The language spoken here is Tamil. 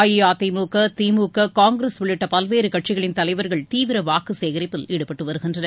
அஇஅதிமுக திமுக காங்கிரஸ் உள்ளிட்ட பல்வேறு கட்சிகளின் தலைவர்கள் தீவிர வாக்கு சேகரிப்பில் ஈடுபட்டு வருகின்றனர்